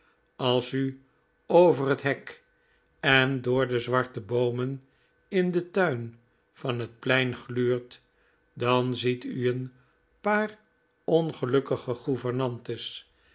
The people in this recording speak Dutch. als u over het hek en door de zwarte boomen in den tuin van het plein gluurt dan ziet u een paar ongelukkige